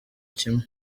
kimwe